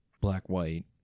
black-white